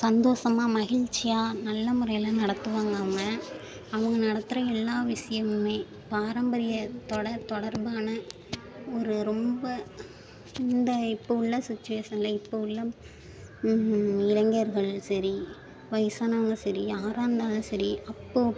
சந்தோஷமா மகிழ்ச்சியா நல்ல முறையில் நடத்துவாங்க அவங்க அவங்க நடத்துகிற எல்லா விஷயமுமே பாரம்பரிய தொடர் தொடர்பான ஒரு ரொம்ப இந்த இப்போ உள்ள சுச்சுவேசன்ல இப்போ உள்ள இளைஞர்கள் சரி வயசானவங்க சரி யாராக இருந்தாலும் சரி அப்போது